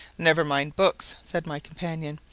never mind books, said my companion,